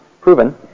proven